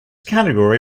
category